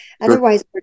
otherwise